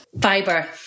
Fiber